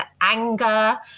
anger